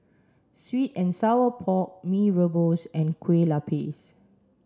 sweet and sour pork Mee rebus and Kue Lupis